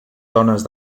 dones